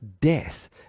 death